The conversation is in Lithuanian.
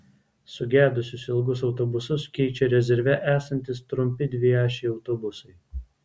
sugedusius ilgus autobusus keičia rezerve esantys trumpi dviašiai autobusai